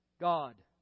God